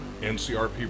NCRP